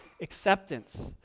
acceptance